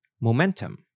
momentum